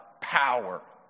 power